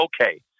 okay